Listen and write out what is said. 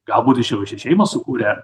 galbūt jis čia jau šeimą sukūrė